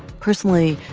personally,